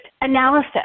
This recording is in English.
analysis